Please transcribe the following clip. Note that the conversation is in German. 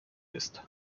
ist